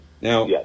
Now